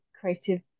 creative